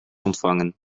ontvangen